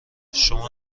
شما